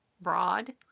broad